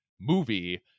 movie